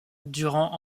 durant